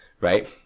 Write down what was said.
right